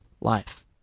life